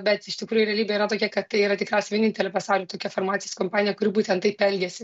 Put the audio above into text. bet iš tikrųjų realybė yra tokia kad tai yra tikriausiai vienintelė pasauly tokia farmacijos kompanija kuri būtent taip elgiasi